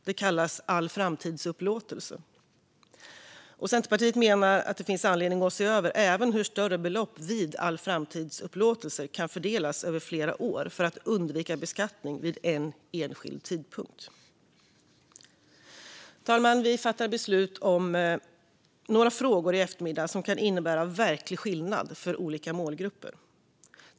Det kallas allframtidsupplåtelse. Centerpartiet menar att det finns anledning att se över även hur större belopp vid allframtidsupplåtelse kan fördelas över flera år för att undvika beskattning vid en enskild tidpunkt. Herr talman! Vi fattar beslut om några frågor i eftermiddag som kan innebära verklig skillnad för olika målgrupper.